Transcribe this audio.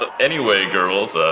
but anyway, girls.